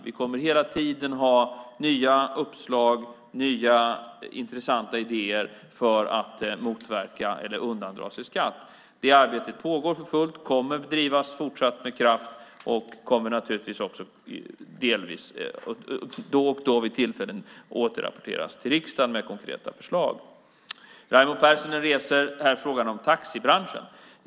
Vi kommer hela tiden att ha nya uppslag och nya intressanta idéer för att motverka att man undandrar sig skatt. Det arbetet pågår för fullt och kommer fortsatt att drivas med kraft och kommer naturligtvis då och då att återrapporteras till riksdagen med konkreta förslag. Raimo Pärssinen reser här frågan om taxibranschen.